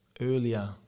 earlier